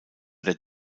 der